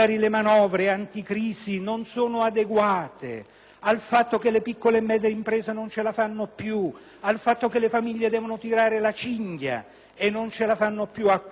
al fatto che le piccole e medie imprese non ce la fanno più, al fatto che le famiglie devono tirare la cinghia e non ce la fanno più a far quadrare il loro magro bilancio, ma se a tutto questo